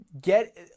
get